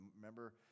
Remember